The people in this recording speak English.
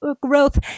growth